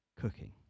cooking